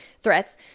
threats